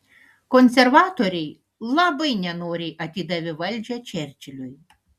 konservatoriai labai nenoriai atidavė valdžią čerčiliui